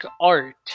art